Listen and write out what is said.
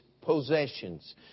possessions